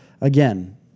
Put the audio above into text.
Again